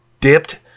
dipped